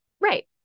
Right